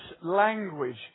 language